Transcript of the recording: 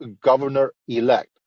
governor-elect